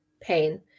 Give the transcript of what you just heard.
pain